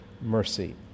mercy